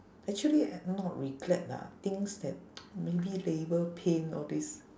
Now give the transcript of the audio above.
actually uh not regret lah things that maybe labour pain all these